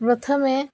ପ୍ରଥମେ